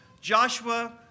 Joshua